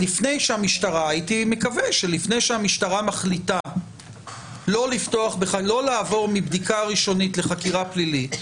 לפני שהמשטרה מחליטה לא לעבור מבדיקה ראשונית לחקירה פלילית,